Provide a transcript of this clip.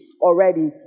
already